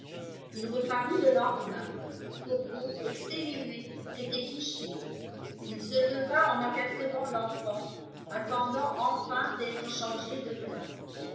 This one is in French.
ii reparut le lendemain coco exténué s'était couché ii se leva en apercevant l'enfant attendant enfin d'être changé de place